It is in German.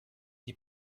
die